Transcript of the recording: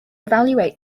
evaluate